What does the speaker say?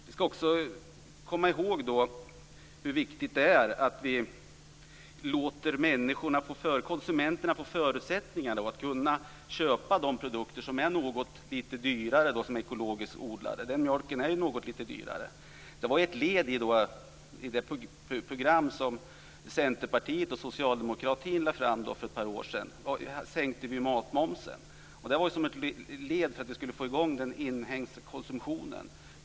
Vi skall också komma ihåg hur viktigt det är att vi låter konsumenterna få förutsättningar för att köpa produkter som är ekologiskt odlade, visserligen något dyrare. Sådan mjölk är något litet dyrare. Det var ett led i det program som Centern och socialdemokratin lade fram för ett par år sedan. Vi sänkte matmomsen. Det var ett led för att få i gång den inhemska konsumtionen.